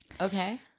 Okay